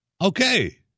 okay